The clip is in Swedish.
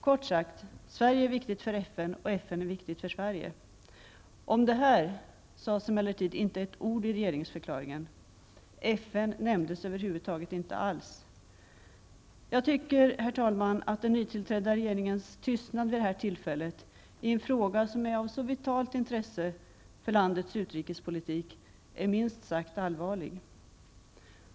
Kort sagt: Sverige är viktigt för FN, och FN är viktigt för Sverige. Om detta sades det emellertid inte ett ord i regeringsförklaringen. FN nämndes över huvud taget inte. Jag tycker, herr talman, att den nytillträdda regeringens tystnad vid detta tillfälle, i en fråga som är av så vitalt intresse för landets utrikespolitik, är minst sagt allvarlig.